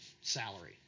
salary